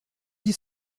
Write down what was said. dit